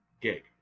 gig